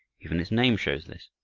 even its name shows this.